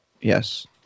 Yes